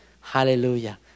Hallelujah